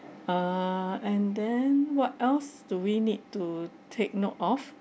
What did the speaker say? err and then what else do we need to take note of